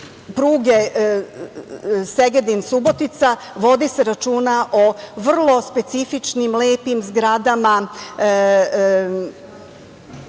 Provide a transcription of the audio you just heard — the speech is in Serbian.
pruge Segedin-Subotica vodi se računa o vrlo specifičnim lepim zgradama